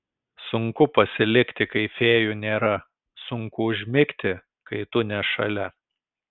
sunku pasilikti kai fėjų nėra sunku užmigti kai tu ne šalia